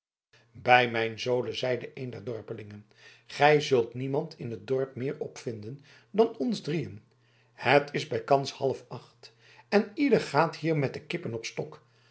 bij mijn zolen zeide een der dorpelingen gij zult niemand in t dorp meer op vinden dan ons drieën het is al bijkans halfacht en ieder gaat hier met de kippen op stok